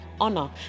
honor